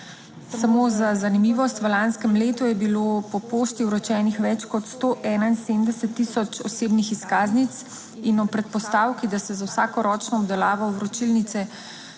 Samo za zanimivost: v lanskem letu je bilo po pošti vročenih več kot 171 tisoč osebnih izkaznic in ob predpostavki, da se za vsakoročno obdelavo vročilnice